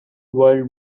world